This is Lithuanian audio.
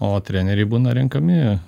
o treneriai būna renkami